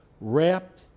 wrapped